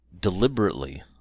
deliberately